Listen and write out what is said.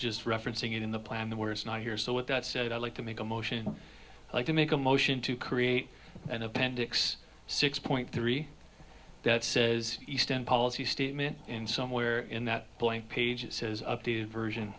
just referencing it in the plan the worst not here so with that said i'd like to make a motion like to make a motion to create an appendix six point three that says eastern policy statement in somewhere in that point page it says up to version